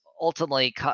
ultimately